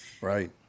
right